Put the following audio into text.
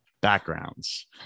backgrounds